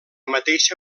mateixa